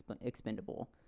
expendable